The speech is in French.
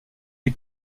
les